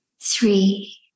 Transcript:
three